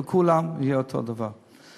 לכולם יהיה אותו דבר.